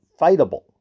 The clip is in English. fightable